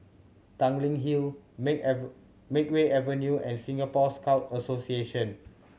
Tanglin Hill Make Makeway Avenue and Singapore Scout Association